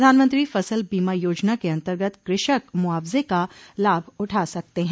प्रधानमंत्री फसल बीमा योजना के अंतर्गत कृषक मुआवजे का लाभ उठा सकते हैं